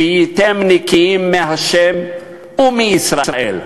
"והייתם נקִיִם מה' ומישראל".